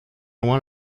loin